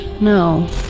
no